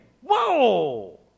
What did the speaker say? whoa